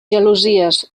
gelosies